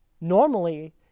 Normally